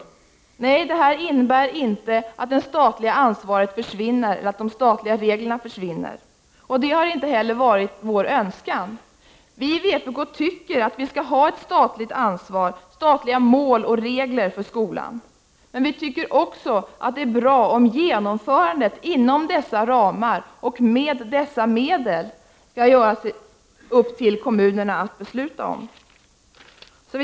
Dagens beslut innebär inte att det statliga ansvaret och de statliga reglerna försvinner. Det har heller inte varit vår önskan. Vi i vpk tycker att det skall finnas ett statligt ansvar — statliga mål och statliga regler — för skolan. Vi tycker också att det är bra om genomförandet inom dessa ramar och med dessa medel blir en angelägenhet för kommunerna att besluta om.